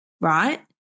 right